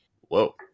whoa